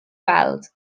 weld